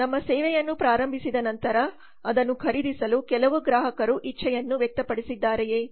ನಮ್ಮ ಸೇವೆಯನ್ನು ಪ್ರಾರಂಭಿಸಿದ ನಂತರ ಅದನ್ನು ಖರೀದಿಸಲು ಕೆಲವು ಗ್ರಾಹಕರು ಇಚ್ಚೆಯನ್ನು ವ್ಯಕ್ತಪಡಿಸಿದ್ದಾರೆಯೇ